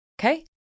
Okay